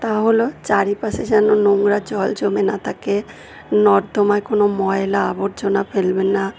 তা হলো চারিপাশে যেন নোংরা জল জমে না থাকে নর্দমায় কোনো ময়লা আবর্জনা ফেলবে না